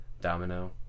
Domino